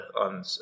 on